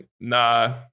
nah